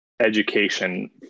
education